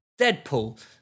Deadpool